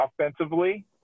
offensively